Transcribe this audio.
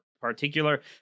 particular